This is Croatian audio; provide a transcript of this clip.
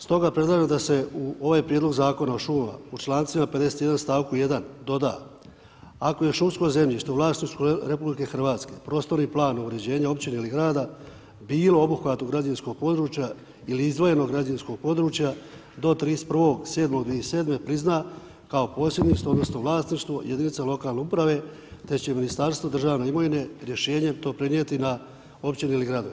Stoga predlažem da se u ovaj Prijedlog Zakona o šumama u članicima 51., st. 1 doda, ako je šumsko zemljište u vlasništvu RH, prostornim planom uređenja općine ili grada bilo u obuhvatu građevinskog područja ili izdvojeno građevinskog područja do 31.7.2007. prizna kao posjedništvo odnosno vlasništvo jedinica lokalne uprave, te će Ministarstvo državne imovine rješenjem to prenijeti na općine ili gradove.